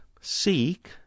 seek